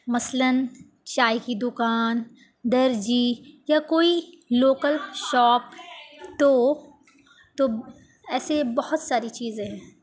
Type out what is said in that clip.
مثلاً چائے کی دکان درزی یا کوئی لوکل شاپ تو تو ایسے بہت ساری چیزیں ہیں